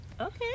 Okay